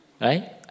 Right